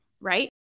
right